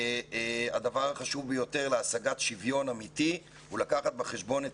והדבר החשוב ביותר להשגת שוויון אמיתי הוא לקחת בחשבון את